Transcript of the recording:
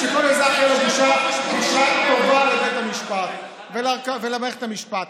שלכל אזרח תהיה גישה טובה לבית המשפט ולמערכת המשפט.